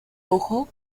ojo